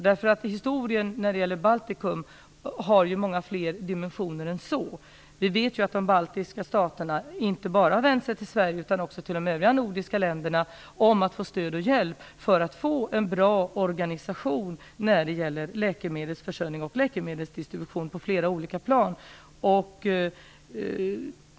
I historien har förhållandet till Baltikum många fler dimensioner än så. Vi vet ju att de baltiska staterna inte bara har vänt sig till Sverige utan också till de övriga nordiska länderna och bett att få stöd och hjälp för att få en bra organisation för läkemedelsförsörjning och läkemedelsdistribution på flera olika plan.